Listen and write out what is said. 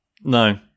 No